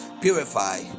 purify